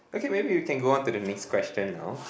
okay maybe we can go on to the next question now